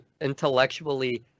intellectually